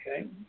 Okay